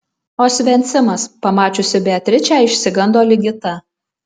osvencimas pamačiusi beatričę išsigando ligita